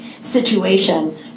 situation